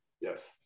Yes